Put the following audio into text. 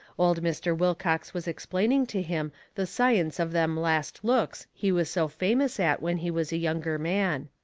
old mr. wilcox was explaining to him the science of them last looks he was so famous at when he was a younger man.